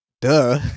duh